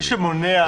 מי שמונע,